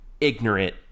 ignorant